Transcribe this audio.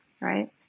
right